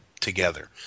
together